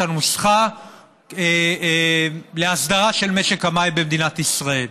הנוסחה להסדרה של משק המים במדינת ישראל.